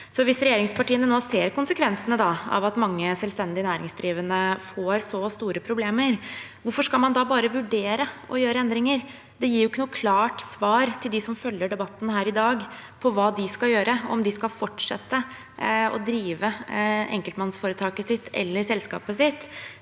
Hvis regjeringspartiene nå ser konsekvensene av at mange selvstendig næringsdrivende får så store problemer, hvorfor skal man da bare vurdere å gjøre endringer? Det gir jo ikke noe klart svar til dem som følger debatten her i dag, på hva de skal gjøre, om de skal fortsette å drive enkeltpersonforetaket sitt eller selskapet